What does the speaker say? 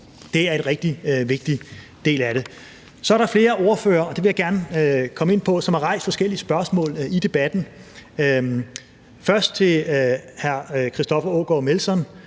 Det er en rigtig vigtig del af det. Så er der flere ordførere – og det vil jeg gerne komme ind på – som har rejst forskellige spørgsmål i debatten. Først til hr. Christoffer Aagaard Melson